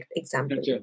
example